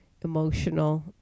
emotional